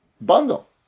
Bundle